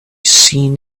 seen